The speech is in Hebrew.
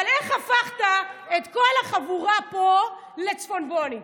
אבל איך הפכת את כל החבורה פה לצפונבונים?